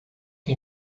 que